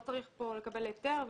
לא צריך כאן לקבל היתר.